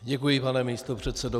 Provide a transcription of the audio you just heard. Děkuji, pane místopředsedo.